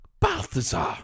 Balthazar